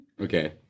okay